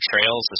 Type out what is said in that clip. trails